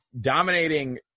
dominating